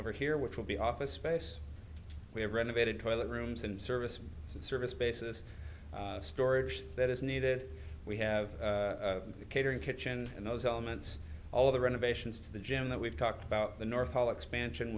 here which will be office space we have renovated toilet rooms and service service bases storage that is needed we have the catering kitchen and those elements all the renovations to the gym that we've talked about the north pole expansion